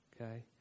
Okay